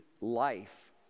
life